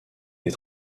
des